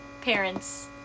parents